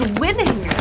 winning